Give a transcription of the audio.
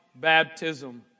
baptism